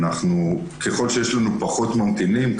ככל שיש לנו פחות ממתינים,